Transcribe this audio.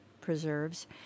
preserves